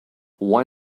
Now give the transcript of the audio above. why